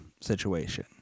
situation